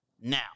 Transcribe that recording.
Now